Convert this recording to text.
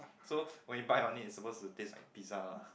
so when you bite on it it's suppose to taste like pizza